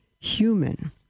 human